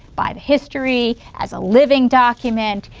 by the history? as a living document?